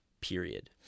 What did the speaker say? period